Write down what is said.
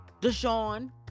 Deshaun